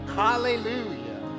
hallelujah